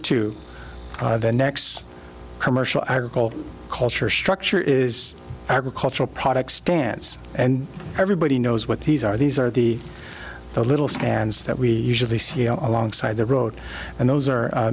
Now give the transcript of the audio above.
to the next commercial i recall cultures structure is agricultural products stance and everybody knows what these are these are the little stands that we usually see alongside the road and those are